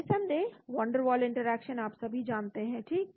निस्सन्देह wonderwall interaction आप सभी जानते हैं ठीक